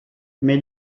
mais